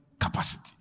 capacity